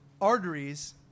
arteries